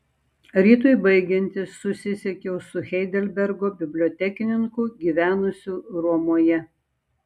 rytui baigiantis susisiekiau su heidelbergo bibliotekininku gyvenusiu romoje